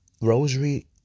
rosary